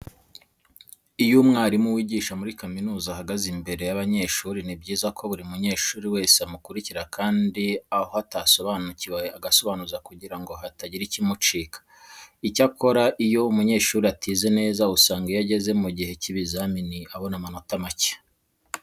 Iyo umwarimu wigisha muri kaminuza ahagaze imbere y'abanyeshuri ni byiza ko buri munyeshuri wese amukurikira kandi aho atasobanukiwe agasobanuza kugira ngo hatagira ikimucika. Icyakora iyo umunyeshuri atize neza usanga iyo ageze mu gihe cy'ibizamini abona amanota make.